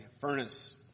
furnace